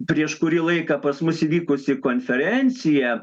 prieš kurį laiką pas mus įvykusi konferencija